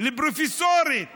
לפרופסורית מוערכת,